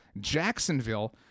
Jacksonville –